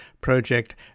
Project